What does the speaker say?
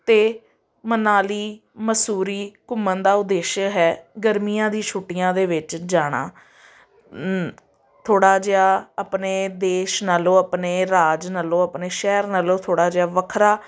ਅਤੇ ਮਨਾਲੀ ਮਸੂਰੀ ਘੁੰਮਣ ਦਾ ਉਦੇਸ਼ ਹੈ ਗਰਮੀਆਂ ਦੀ ਛੁੱਟੀਆਂ ਦੇ ਵਿੱਚ ਜਾਣਾ ਥੋੜ੍ਹਾ ਜਿਹਾ ਆਪਣੇ ਦੇਸ਼ ਨਾਲੋਂ ਆਪਣੇ ਰਾਜ ਨਾਲੋਂ ਆਪਣੇ ਸ਼ਹਿਰ ਨਾਲੋਂ ਥੋੜ੍ਹਾ ਜਿਹਾ ਵੱਖਰਾ